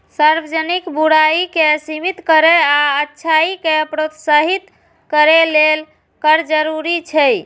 सार्वजनिक बुराइ कें सीमित करै आ अच्छाइ कें प्रोत्साहित करै लेल कर जरूरी छै